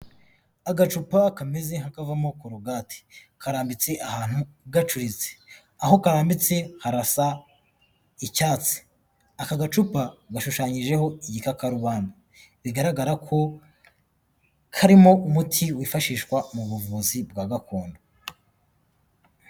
Agacupa kameze nk'akavamo korogati. Karambitse ahantu gacuritse. Aho karambitse harasa icyatsi. Aka gacupa, gashushanyijeho igikakarubamba. Bigaragara ko, karimo umuti wifashishwa mu buvuzi bwa gakondo.